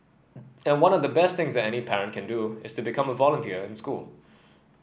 and one of the best things that any parent can do is become a volunteer in school